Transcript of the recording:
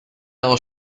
aus